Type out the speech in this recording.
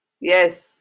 yes